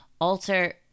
alter